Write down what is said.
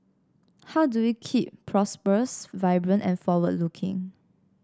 how do we keep prosperous vibrant and forward looking